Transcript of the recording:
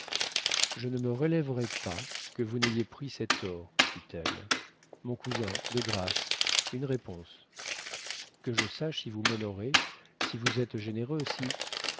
je ne me relèverai pas que vous n'ayez pris cet or dit-elle mon cousin de grâce une réponse que je sache si vous m'honorez si vous êtes généreux si